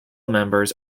members